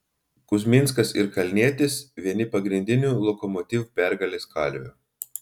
kuzminskas ir kalnietis vieni pagrindinių lokomotiv pergalės kalvių